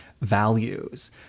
values